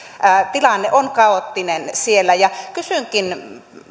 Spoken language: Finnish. tilanne on kaoottinen siellä kysynkin